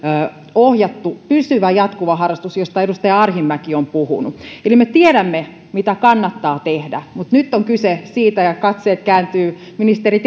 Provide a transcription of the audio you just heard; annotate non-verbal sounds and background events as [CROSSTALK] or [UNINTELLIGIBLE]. ohjattu pysyvä jatkuva harrastus mistä edustaja arhinmäki on puhunut eli me tiedämme mitä kannattaa tehdä mutta nyt on kyse siitä ja katseet kääntyvät ministeri [UNINTELLIGIBLE]